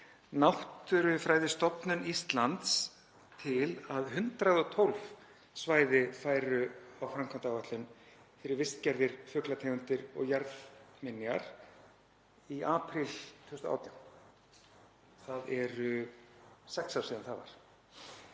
Náttúrufræðistofnun Íslands til að 112 svæði færu á framkvæmdaáætlun fyrir vistgerðir, fuglategundir og jarðminjar í apríl 2018. Það eru sex ár síðan það var.